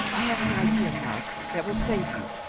i have an idea, mark, that will save you.